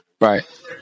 Right